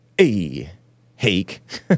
A-hake